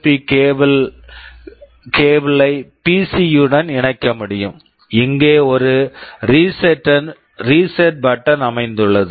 B cable USB interface ஐ PC PC யுடன் இணைக்க முடியும் இங்கே ஒரு ரீசெட் பட்டன் reset button அமைந்துள்ளது